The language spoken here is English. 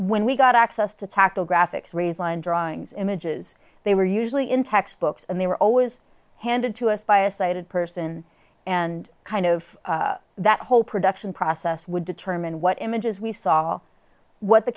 when we got access to tackle graphics res line drawings images they were usually in textbooks and they were always handed to us by a sighted person and kind of that whole production process would determine what images we saw what the